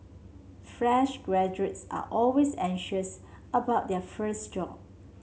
fresh graduates are always anxious about their first job